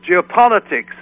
geopolitics